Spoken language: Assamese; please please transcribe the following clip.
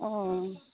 অঁ